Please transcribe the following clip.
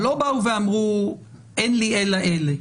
אבל לא אמרו אין לי אלא אלה.